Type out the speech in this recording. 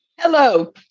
Hello